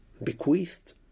bequeathed